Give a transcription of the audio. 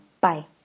Bye